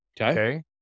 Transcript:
Okay